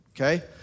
Okay